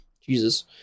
Jesus